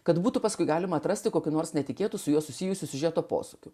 kad būtų paskui galima atrasti kokių nors netikėtų su juo susijusių siužeto posūkių